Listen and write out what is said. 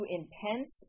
intense